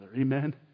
Amen